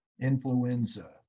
influenza